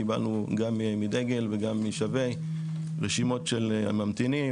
קיבלנו גם מדגל וגם משבי ישראל רשימות של ממתינים.